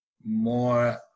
more